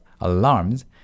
alarms